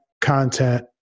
content